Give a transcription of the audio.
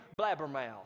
blabbermouth